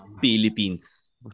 Philippines